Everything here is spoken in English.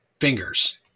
fingers